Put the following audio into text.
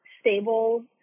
stable